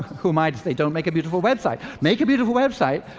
who am i to say don't make a beautiful website? make a beautiful website,